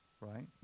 right